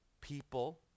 People